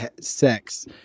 sex